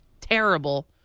terrible